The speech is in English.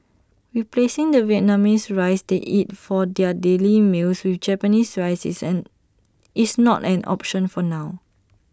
replacing the Vietnamese rice they eat for their daily meals with Japanese rice is an is not an option for now